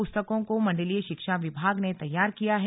पुस्तकों को मण्डलीय शिक्षा विभाग ने तैयार किया है